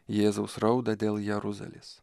jėzaus raudą dėl jeruzalės